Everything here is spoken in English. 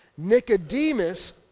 Nicodemus